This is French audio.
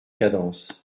cadence